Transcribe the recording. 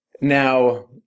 Now